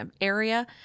area